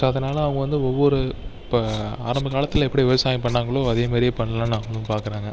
so அதனால் அவங்க வந்து ஒவ்வொரு இப்போ ஆரம்ப காலத்தில் எப்படி விவசாயம் பண்ணாங்களோ அதேமாதிரியே பண்ணலான்னு அவங்குளும் பார்க்குறாங்க